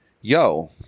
yo